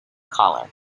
collar